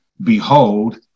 behold